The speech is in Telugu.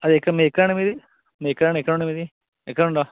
అది ఎక్కడ మీది ఎక్కడ అండి మీది మీది ఎక్కడ ఎక్కడ అండి మీది ఎక్కడ నుండి